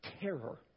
terror